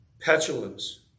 petulance